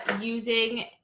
using